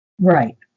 Right